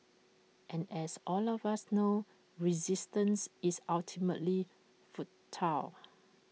and as all of us know resistance is ultimately futile